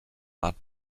bart